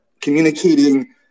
communicating